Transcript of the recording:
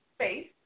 space